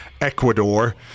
Ecuador